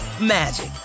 magic